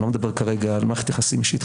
אני לא מדבר כרגע על מערכת יחסים אישית,